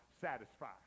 satisfied